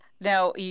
Now